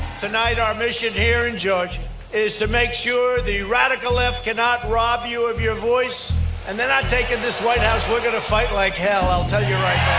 tonight our mission here in georgia is to make sure the radical left cannot rob you of your voice and they're not taking this white house. we're going it fight like hell. i'll tell you right